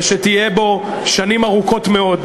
ושתהיה בו שנים ארוכות מאוד,